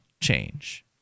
change